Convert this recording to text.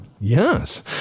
Yes